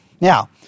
Now